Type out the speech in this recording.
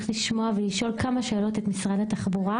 לשמוע ולשאול כמה שאלות את משרד התחבורה.